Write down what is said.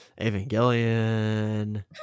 Evangelion